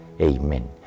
Amen